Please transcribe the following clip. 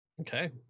Okay